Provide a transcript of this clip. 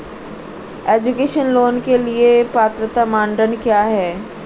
Education loan के लिए पात्रता मानदंड क्या है?